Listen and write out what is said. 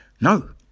no